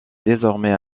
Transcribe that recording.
désormais